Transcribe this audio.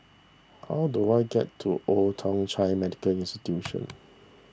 how do I get to Old Thong Chai Medical Institution